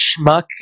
schmuck